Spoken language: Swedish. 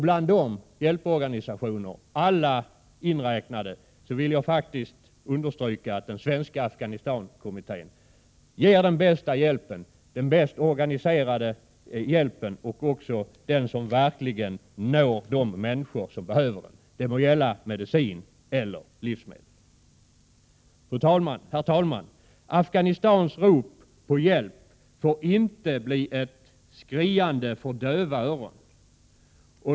Bland dessa, alla inräknade, vill jag understryka att den svenska Afghanistan-kommittén ger den bäst organiserade hjälpen, hjälp som också verkligen når de människor som behöver den. Det må gälla medicin eller livsmedel. Herr talman! Afghanistans rop på hjälp får inte bli ett skriande för döva öron.